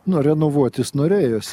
nu renovuoti norėjosi